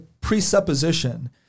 presupposition